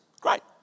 great